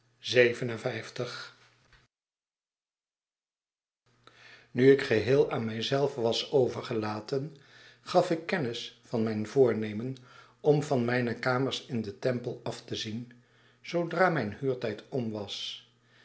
nu ik geheel aan mij zelven was overgelaten gaf ik kennis van mijn voornemen om van mijne earners in den temple af te zien zoodra mijn huurtijd om was